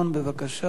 בבקשה.